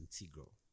integral